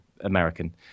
American